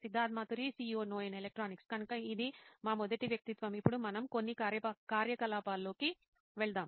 Siddharth Mathuri CEO Noin electronics కనుక ఇది మా మొదటి వ్యక్తిత్వం ఇప్పుడు మనం కొన్ని కార్యకలాపాలలోకి వెళ్దాం